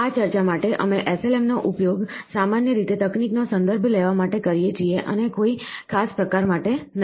આ ચર્ચા માટે અમે SLM નો ઉપયોગ સામાન્ય રીતે તકનિકનો સંદર્ભ લેવા માટે કરીએ છીએ અને કોઈ ખાસ પ્રકાર માટે નહીં